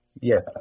Yes